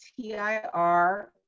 TIR